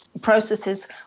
processes